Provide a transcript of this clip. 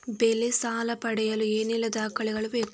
ಬೆಳೆ ಸಾಲ ಪಡೆಯಲು ಏನೆಲ್ಲಾ ದಾಖಲೆಗಳು ಬೇಕು?